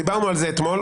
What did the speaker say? דיברנו על זה אתמול,